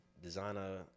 designer